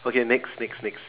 okay next next next